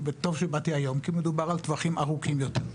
וטוב שבאתי היום, כי מדובר על טווחים ארוכים יותר.